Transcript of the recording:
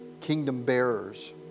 kingdom-bearers